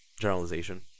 generalization